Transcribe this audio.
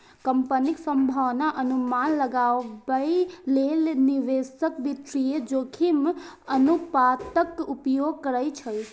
कंपनीक संभावनाक अनुमान लगाबै लेल निवेशक वित्तीय जोखिम अनुपातक उपयोग करै छै